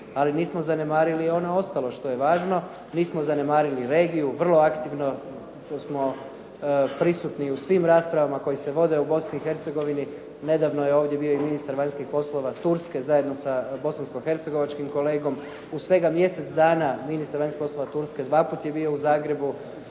ali nismo zanemarili i ono ostalo što je važno. Nismo zanemarili regiju, vrlo aktivno što smo prisutni u svim raspravama koje se vode u Bosni i Hercegovini. Nedavno je ovdje bio i ministar vanjskih poslova Turske zajedno sa bosansko-hercegovačkim kolegom. U svega mjesec dana ministar vanjskih poslova Turske dva puta je bio u Zagrebu.